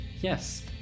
Yes